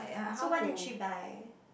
so what did she buy